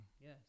Yes